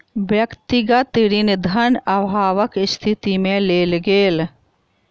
व्यक्तिगत ऋण धन अभावक स्थिति में लेल गेल